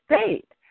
state